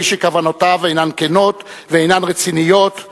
שכוונותיו אינן כנות ואינן רציניות ממילא,